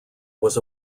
was